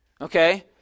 okay